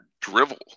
drivel